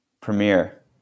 premiere